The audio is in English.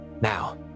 Now